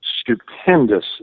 stupendous